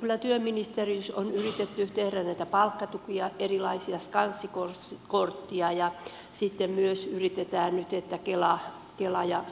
kyllä työministeriössä on yritetty tehdä näitä palkkatukia erilaista sanssi korttia ja sitten myös yritetään nyt että kela ja